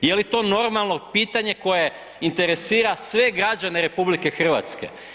Jeli to normalno pitanje koje interesira sve građane RH?